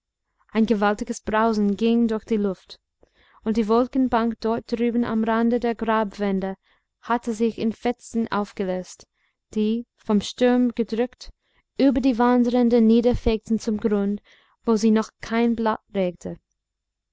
ein gewaltiges brausen ging durch die luft und die wolkenbank dort drüben am rande der grabwände hatte sich in fetzen aufgelöst die vom sturm gedrückt über die wandränder niederfegten zum grund wo sich noch kein blatt regte